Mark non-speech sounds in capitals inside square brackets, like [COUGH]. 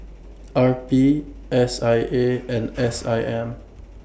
R P S I A and S [NOISE] I M